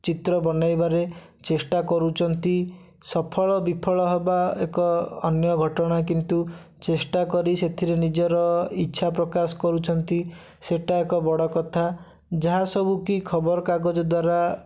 ଚିତ୍ର ବନେଇବାରେ ଚେଷ୍ଟା କରୁଛନ୍ତି ସଫଳ ବିଫଳ ହବା ଏକ ଅନ୍ୟ ଘଟଣା କିନ୍ତୁ ଚେଷ୍ଟା କରି ସେଥିରେ ନିଜର ଇଚ୍ଛା ପ୍ରକାଶ କରୁଛନ୍ତି ସେଇଟା ଏକ ବଡ଼ କଥା ଯାହା ସବୁ କି ଖବର କାଗଜ ଦ୍ୱାରା